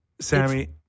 Sammy